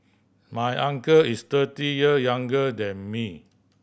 my uncle is thirty year younger than me